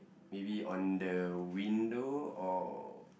maybe on the window or